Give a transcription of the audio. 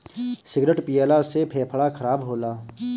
cigarette पियला से फेफड़ा खराब होला